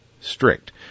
strict